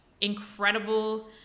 incredible